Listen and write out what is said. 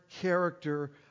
character